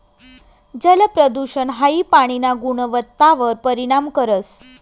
जलप्रदूषण हाई पाणीना गुणवत्तावर परिणाम करस